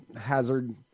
hazard